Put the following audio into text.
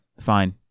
fine